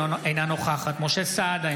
אינה נוכחת משה סעדה,